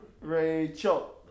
Rachel